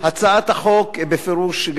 הצעת החוק בפירוש,